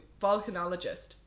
Volcanologist